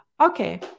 okay